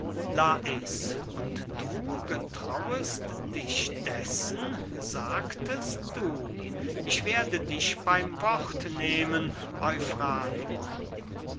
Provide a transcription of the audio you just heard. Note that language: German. und du getrauest dich dessen sagtest du ich werde dich beym wort nehmen